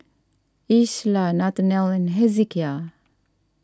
Isla Nathanael and Hezekiah